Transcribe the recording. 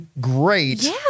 great